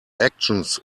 actions